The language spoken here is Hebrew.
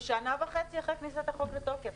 אנחנו שנה וחצי אחרי כניסת החוק לתוקף.